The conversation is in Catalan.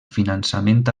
finançament